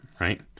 right